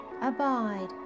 abide